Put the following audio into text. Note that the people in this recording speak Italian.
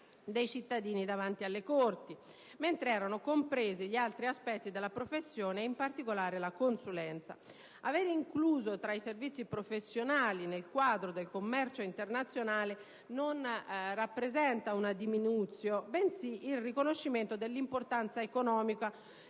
dei cittadini davanti alle Corti, mentre erano compresi gli altri aspetti della professione, in particolare la consulenza. Averla inclusa tra i servizi professionali nel quadro del commercio internazionale non rappresenta una *deminutio*, bensì il riconoscimento dell'importanza economica